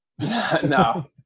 No